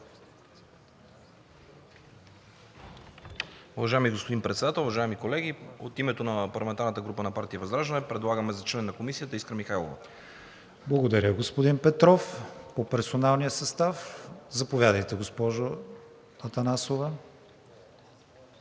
Благодаря, господин Петров. По персоналния състав? Заповядайте, госпожо Атанасова.